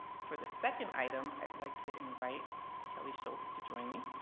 for the second item, i'd like to invite kelly schultz to join me.